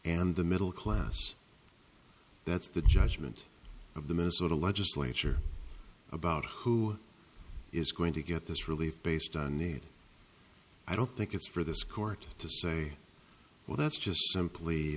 and the middle class that's the judgment of the minnesota legislature about who is going to get this relief based on need i don't think it's for this court to say well that's just